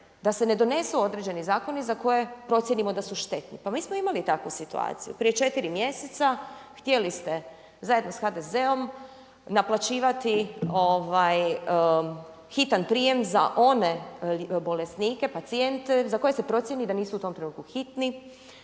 da se ne donesu određeni zakoni za koje procijenimo da su štetni. Pa mi smo imali takvu situaciju. Prije 4 mjeseca htjeli ste zajedno da HDZ-om naplaćivati hitan prijem za one bolesnike, pacijente za koje se procijeni da nisu u tom trenutku hitni,